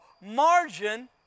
margin